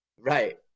Right